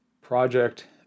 project